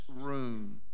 room